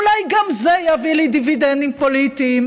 אולי גם זה יביא לי דיבידנדים פוליטיים,